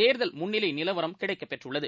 தேர்தல் முன்னிலை நிலவரம் கிடைக்கப்பெற்றுள்ளது